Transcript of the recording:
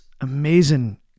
amazing